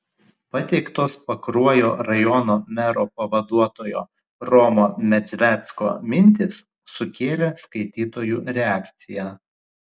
pateiktos pakruojo rajono mero pavaduotojo romo medzvecko mintys sukėlė skaitytojų reakciją